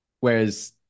Whereas